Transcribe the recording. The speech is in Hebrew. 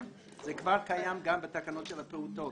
זה כבר קיים גם בתקנות של הפעוטות.